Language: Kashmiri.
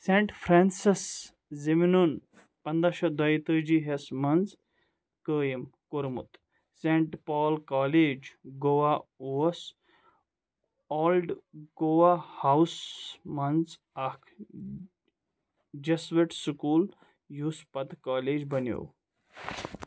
سینٹ فرانسس زیوِنُن پَنداہ شیٚتھ دوٚیہِ تٲجی یس منٛز قٲیم کوٚرمُت، سینٹ پال کالج ، گوا اوس اولڈٕ گوا ہوُس منٛز اکھ جیسوٹ سکوُل ، یُس پتہٕ کالج بنیوو